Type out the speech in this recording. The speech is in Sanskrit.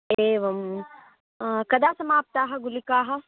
एवं कदा समाप्ताः गुलिकाः